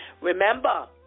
Remember